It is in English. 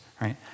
right